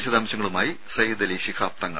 വിശദാംശങ്ങളുമായി സയ്യിദ് അലി ശിഹാബ് തങ്ങൾ